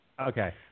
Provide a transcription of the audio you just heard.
Okay